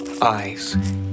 Eyes